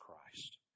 Christ